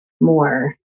more